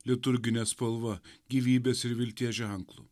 liturgine spalva gyvybės ir vilties ženklu